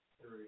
Three